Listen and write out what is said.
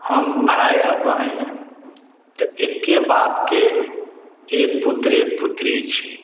हम भाय आ बहिन तऽ एक्के बापके एक पुत्र एक पुत्री छी